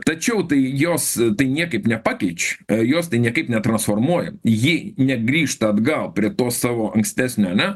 tačiau tai jos tai niekaip nepakeičia jos tai niekaip netransformuoja ji negrįžta atgal prie to savo ankstesnio ane